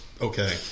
okay